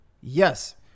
Yes